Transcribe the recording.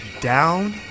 down